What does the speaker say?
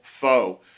foe